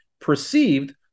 perceived